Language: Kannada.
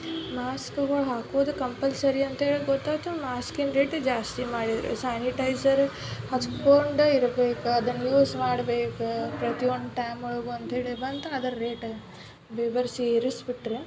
ಮಾಸ್ಕ್ಗಳು ಹಾಕೋದು ಕಂಪಲ್ಸರಿ ಅಂತೇಳಿ ಗೊತ್ತಾಯ್ತು ಮಾಸ್ಕಿನ ರೇಟ್ ಜಾಸ್ತಿ ಮಾಡಿದರು ಸಾನಿಟೈಝರ್ ಹಚ್ಕೊಂಡೇ ಇರ್ಬೇಕು ಅದನ್ನು ಯೂಸ್ ಮಾಡ್ಬೇಕು ಪ್ರತಿ ಒಂದು ಟೈಮೊಳಗೆ ಅಂತ ಹೇಳಿ ಬಂತು ಅದರ ರೇಟ್ ಏರಿಸ್ಬಿಟ್ರು